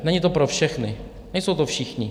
Není to pro všechny, nejsou to všichni.